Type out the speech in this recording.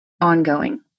ongoing